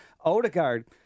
Odegaard